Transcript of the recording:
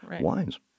wines